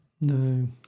No